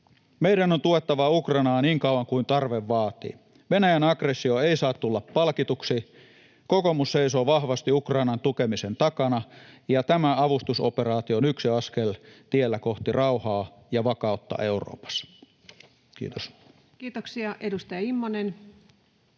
Meidän on tuettava Ukrainaa niin kauan kuin tarve vaatii. Venäjän aggressio ei saa tulla palkituksi. Kokoomus seisoo vahvasti Ukrainan tukemisen takana, ja tämä avustusoperaatio on yksi askel tiellä kohti rauhaa ja vakautta Euroopassa. — Kiitos. Kiitoksia. — Edustaja Immonen.